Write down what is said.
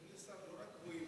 אדוני השר, נורא גבוהים.